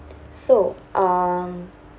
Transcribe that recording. so um